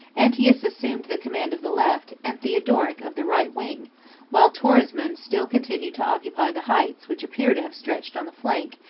aetius assumed the command of the left, and theodoric of the right wing while torismond still continued to occupy the heights which appear to have stretched on the flank,